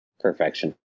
Perfection